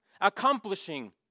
accomplishing